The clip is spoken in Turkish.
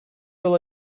yol